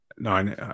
nine